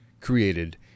created